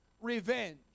revenge